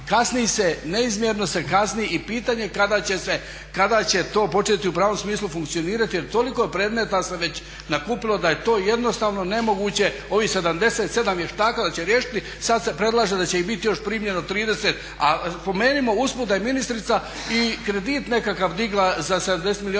Kasni se neizmjerno se kasni i pitanje je kada će to početi u pravom smislu funkcionirati jer toliko predmeta se već nakupilo da je to jednostavno nemoguće ovih 77 vještaka da će riješiti. Sada se predlaže da će ih biti još primljeno 30, a spomenimo usput da je ministrica i kredit nekakav digla za 70 milijunaeura